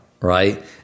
right